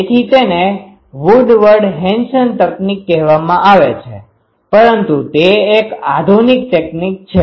તેથી તેને Woodward Hansen તકનીક કહેવામાં આવે છે પરંતુ તે એક આધુનિક તકનીક છે